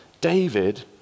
David